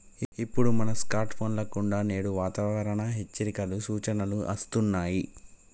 ఇప్పుడు మన స్కార్ట్ ఫోన్ల కుండా నేడు వాతావరణ హెచ్చరికలు, సూచనలు అస్తున్నాయి